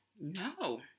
No